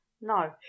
No